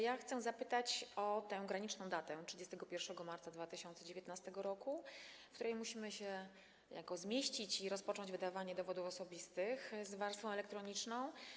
Ja chcę zapytać o tę graniczną datę 31 marca 2019 r., w której musimy się niejako zmieścić i rozpocząć wydawanie dowodów osobistych z warstwą elektroniczną.